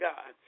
God